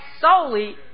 solely